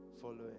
following